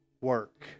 work